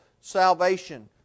salvation